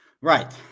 Right